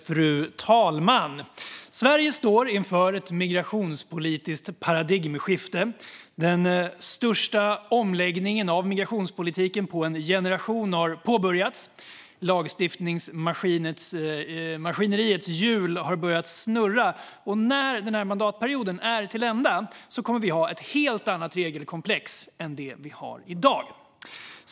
Fru talman! Sverige står inför ett migrationspolitiskt paradigmskifte. Den största omläggningen av migrationspolitiken på en generation har påbörjats. Lagstiftningsmaskineriets hjul har börjat snurra, och när den här mandatperioden är till ända kommer vi att ha ett helt annat regelkomplex än det vi har i dag.